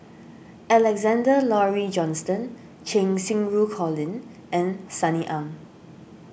Alexander Laurie Johnston Cheng Xinru Colin and Sunny Ang